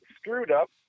screwed-up